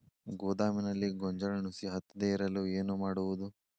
ಗೋದಾಮಿನಲ್ಲಿ ಗೋಂಜಾಳ ನುಸಿ ಹತ್ತದೇ ಇರಲು ಏನು ಮಾಡುವುದು?